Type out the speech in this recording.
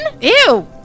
Ew